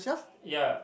ya